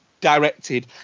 directed